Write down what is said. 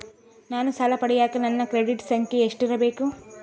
ನಾನು ಸಾಲ ಪಡಿಯಕ ನನ್ನ ಕ್ರೆಡಿಟ್ ಸಂಖ್ಯೆ ಎಷ್ಟಿರಬೇಕು?